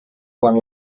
quan